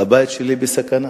הבית שלי בסכנה.